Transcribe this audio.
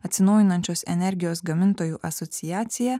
atsinaujinančios energijos gamintojų asociacija